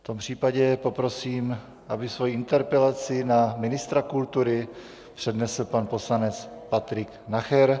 V tom případě poprosím, aby svoji interpelaci na ministra kultury přednesl pan poslanec Patrik Nacher.